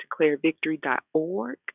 DeclareVictory.org